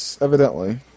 Evidently